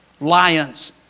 lions